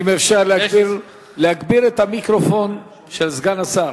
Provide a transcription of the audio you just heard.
אם אפשר להגביר את המיקרופון של סגן השר.